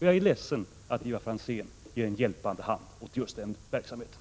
Jag är ledsen att Ivar Franzén ger en hjälpande hand åt just detta handlingssätt.